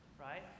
right